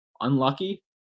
Unlucky